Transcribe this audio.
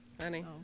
Honey